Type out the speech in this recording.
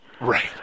Right